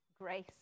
grace